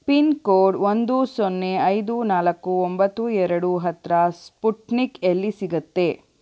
pin code ಒಂದು ಸೊನ್ನೆ ಐದು ನಾಲ್ಕು ಒಂಬತ್ತು ಎರಡು ಹತ್ತಿರ ಸ್ಪುಟ್ನಿಕ್ ಎಲ್ಲಿ ಸಿಗುತ್ತೆ